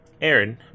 Aaron